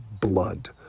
blood